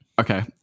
okay